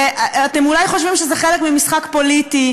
ואתם אולי חושבים שזה חלק ממשחק פוליטי,